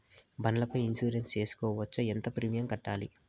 బండ్ల పై ఇన్సూరెన్సు సేసుకోవచ్చా? ఎంత ప్రీమియం కట్టాలి?